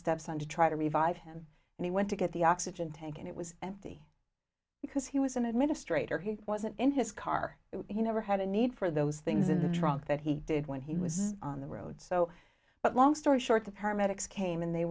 stepson to try to revive him and he went to get the oxygen tank and it was empty because he was an administrator he wasn't in his car he never had a need for those things in the trunk that he did when he was on the road so but long story short the paramedics came in they